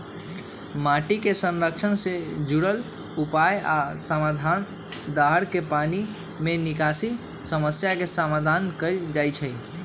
माटी के संरक्षण से जुरल उपाय आ समाधान, दाहर के पानी के निकासी समस्या के समाधान कएल जाइछइ